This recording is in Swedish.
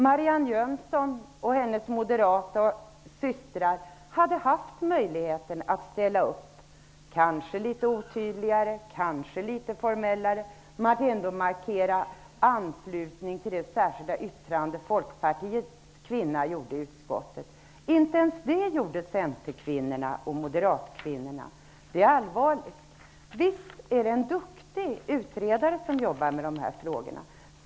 Marianne Jönsson och hennes moderata systrar har haft möjligheten att ställa upp -- kanske litet otydligare och kanske litet formellare -- gemom att markera sin anslutning till det särskilda yttrande som folkpartiets kvinnor avgav till betänkandet. Inte ens det gjorde centerkvinnorna och moderatkvinnorna. Det är allvarligt. Visst är det en duktig utredare som jobbar med dessa frågor.